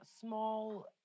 small